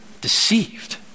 deceived